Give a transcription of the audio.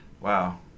Wow